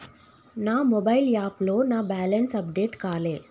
నా మొబైల్ యాప్లో నా బ్యాలెన్స్ అప్డేట్ కాలే